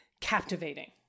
captivating